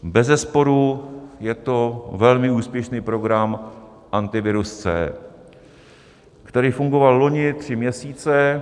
Bezesporu je to velmi úspěšný program Antivirus C, který fungoval loni tři měsíce.